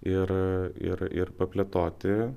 ir ir ir paplėtoti